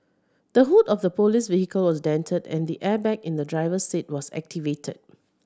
the hood of the police vehicle was dented and the airbag in the driver's seat was activated